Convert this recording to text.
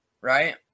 right